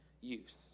use